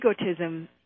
egotism